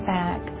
back